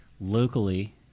locally